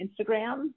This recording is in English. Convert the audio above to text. Instagram